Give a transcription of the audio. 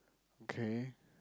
okay